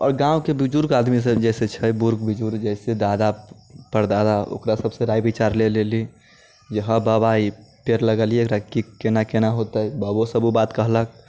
आओर गाँवके बुजुर्ग आदमी सब जे छै से बुढ़ बुजुर्ग जैसे दादा परदादा ओकरा सबसँ राय विचार ले लेली जे हँ दादा ई पेड़ लगेलियै एकरा केना केना होतै बाबाओ सब ओ बात कहलक